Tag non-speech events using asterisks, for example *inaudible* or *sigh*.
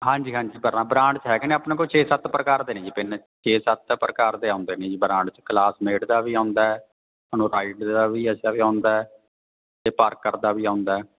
ਹਾਂਜੀ ਹਾਂਜੀ ਬ੍ਰਾ ਬ੍ਰਾਂਡ 'ਚ ਹੈਗੇ ਨੇ ਆਪਣੇ ਕੋਲ ਛੇ ਸੱਤ ਪ੍ਰਕਾਰ ਦੇ ਨੇ ਜੀ ਪਿੰਨ ਛੇ ਸੱਤ ਪ੍ਰਕਾਰ ਦੇ ਆਉਂਦੇ ਨੇ ਜੀ ਬਰਾਂਡ 'ਚ ਕਲਾਸਮੇਟ ਦਾ ਵੀ ਆਉਂਦਾ *unintelligible* ਰਾਈਡ ਦਾ ਵੀ ਅੱਛਾ ਵੀ ਆਉਂਦਾ ਅਤੇ ਪਾਰਕਰ ਦਾ ਵੀ ਆਉਂਦਾ